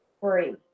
free